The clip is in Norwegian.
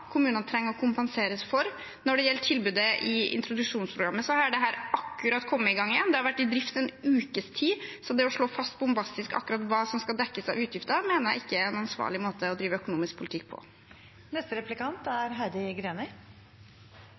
kommunene trenger å kompenseres for. Når det gjelder tilbudet i introduksjonsprogrammet, har det akkurat kommet i gang igjen. Det har vært i drift en ukes tid, så det å slå fast bombastisk akkurat hva som skal dekkes av utgifter, mener jeg ikke er en ansvarlig måte å drive økonomisk politikk på.